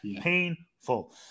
painful